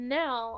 now